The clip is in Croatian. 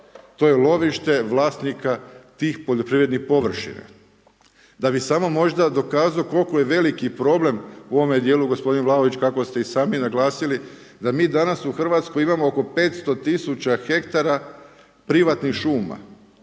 To je lovište vlasnika tih poljoprivrednih površina. Da bih samo možda dokazao koliko je veliki problem u ove dijelu, gospodine Vlaović, kako ste i sami naglasili da mi danas u Hrvatskoj imamo oko 500 000 ha privatnih šuma